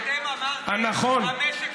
אתם אמרתם שהמשק יתמוטט.